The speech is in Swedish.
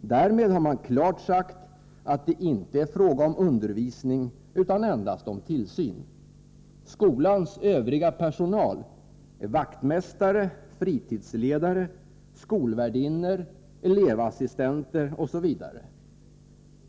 Därmed har man klart sagt att det inte är fråga om undervisning utan endast om tillsyn. Skolans övriga personal är vaktmästare, fritidsledare, skolvärdinnor, elevassistenter osv.